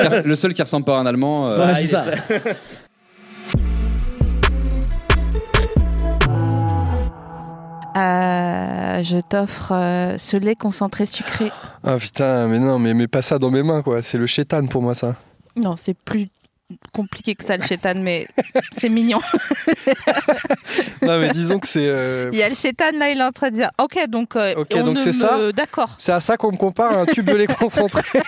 Car- le seul qui ressemble pas à un Allemand, euh, Ouais, c'est il est ça. pas- Euh, je t'offre, euh, ce lait concentré sucré. Ah, putain, mais non, mais mets pas ça dans mes mains, quoi. C'est le shétan pour moi, ça. Non, c'est plus compliqué que ça, le shétan, mais c'est mignon. Non, mais disons que c'est, euh, Il y a le shétan, là, il est en train de dire, « Ok, donc, euh, ok, on donc, ne c'est ça ? me- d'accord. » C'est à ça qu'on me compare, un tube de lait concentré.